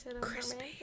crispy